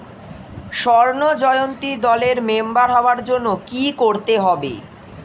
স্বর্ণ জয়ন্তী দলের মেম্বার হওয়ার জন্য কি করতে হবে?